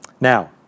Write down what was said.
Now